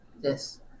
Yes